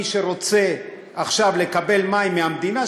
מי שרוצה עכשיו לקבל מים מהמדינה,